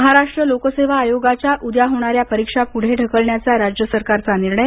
महाराष्ट्र लोकसेवा आयोगाच्या उद्या होणाऱ्या परीक्षा पुढे ढकलण्याचा राज्य सरकारचा निर्णय